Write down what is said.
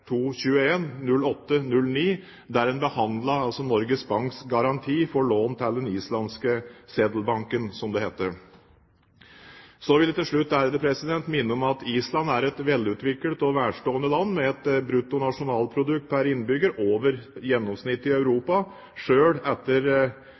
der en behandlet garanti for lån fra Norges Bank til den islandske Sedlabanki, som den heter. Så vil jeg til slutt minne om at Island er et velutviklet og velstående land, med et bruttonasjonalprodukt pr. innbygger som ligger over gjennomsnittet i